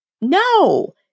No